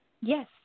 Yes